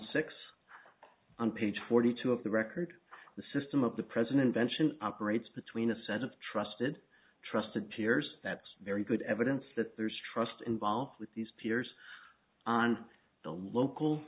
six on page forty two of the record the system of the president mentioned operates between a set of trusted trusted peers that's very good evidence that there is trust involved with these peers on the local